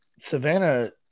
Savannah